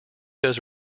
does